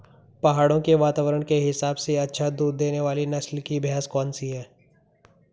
पहाड़ों के वातावरण के हिसाब से अच्छा दूध देने वाली नस्ल की भैंस कौन सी हैं?